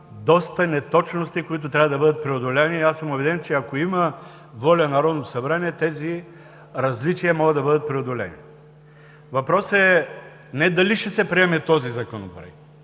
доста неточности, които трябва да бъдат преодолени. Убеден съм, че ако има воля Народното събрание, тези различия могат да бъдат преодолени. Въпросът е не дали ще се приеме. То е ясно,